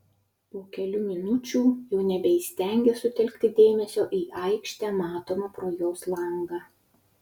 po kelių minučių jau nebeįstengė sutelkti dėmesio į aikštę matomą pro jos langą